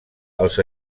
els